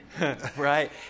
Right